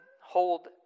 hold